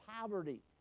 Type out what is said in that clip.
poverty